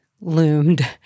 loomed